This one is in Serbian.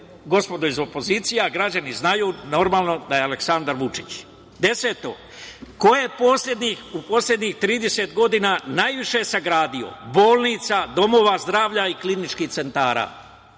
gospodo iz opozicije? Građani znaju. Normalno da je Aleksandar Vučić. Ko je u poslednjih 30 godina najviše sagradio bolnica, domova zdravlja i kliničkih centara?